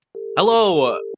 Hello